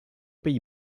pays